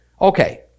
Okay